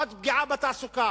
עוד פגיעה בתעסוקה.